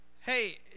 Hey